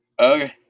Okay